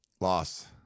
Loss